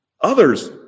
others